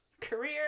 career